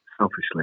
Selfishly